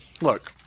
Look